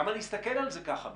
למה להסתכל על זה ככה בכלל?